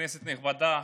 כנסת נכבדה,